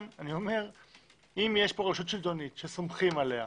אם יש פה רשות שלטונית שסומכים עליה,